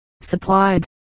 supplied